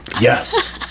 Yes